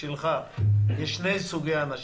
יש שני סוגי אנשים,